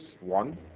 one